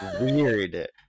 weird